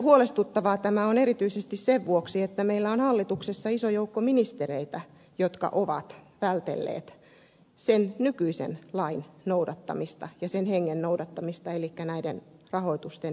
huolestuttavaa tämä on erityisesti sen vuoksi että meillä on hallituksessa iso joukko ministereitä jotka ovat vältelleet nykyisen lain ja sen hengen noudattamista eli näiden rahoitusten kertomista